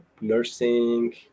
nursing